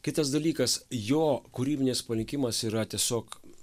kitas dalykas jo kūrybinis palikimas yra tiesiog